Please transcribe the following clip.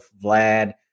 Vlad